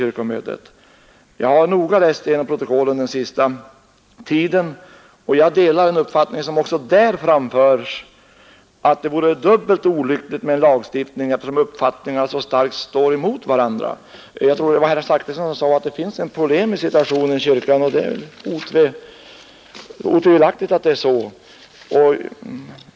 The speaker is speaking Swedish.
Under den senaste tiden har jag noga läst igenom protokollen, och jag delar den uppfattning som också där framförs — att det vore dubbelt olyckligt med lagstiftning eftersom meningarna så starkt står emot varandra. Herr Zachrisson sade att det finns en polemisk situation inom kyrkan, och det är otvivelaktigt så.